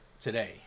today